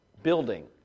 building